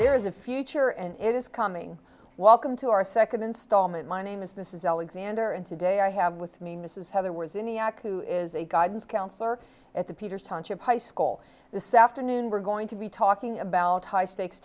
there is a future and it is coming welcome to our second installment my name is mrs alexander and today i have with me mrs heather was in iraq who is a guidance counselor at the peters township high school this afternoon we're going to be talking about high stakes